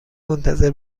منتظر